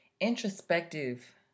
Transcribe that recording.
Introspective